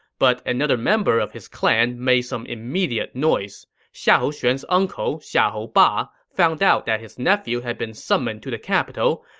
but another member of his clan made some immediate noise. xiahou xuan's uncle, xiahou ba, found out that his nephew had been summoned to the capital,